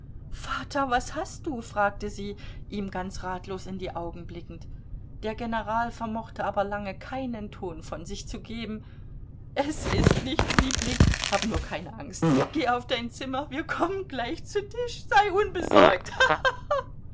vater was hast du fragte sie ihm ganz ratlos in die augen blickend der general vermochte aber lange keinen ton von sich zu geben es ist nichts liebling hab nur keine angst geh auf dein zimmer wir kommen gleich zu tisch sei